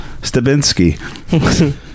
stabinski